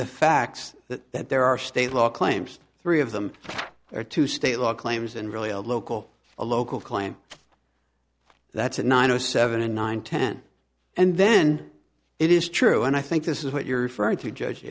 the facts that that there are state law claims three of them are two state law claims and really a local a local claim that's a nine o seven in nine ten and then it is true and i think this is what you're referring to judge